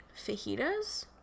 fajitas